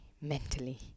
mentally